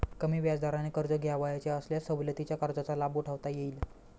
कमी व्याजदराने कर्ज घ्यावयाचे असल्यास सवलतीच्या कर्जाचा लाभ उठवता येईल